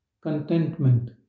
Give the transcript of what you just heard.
contentment